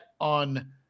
on